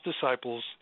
disciples